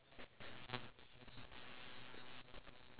but then I'm not sure of the outcome of it